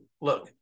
Look